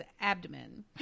abdomen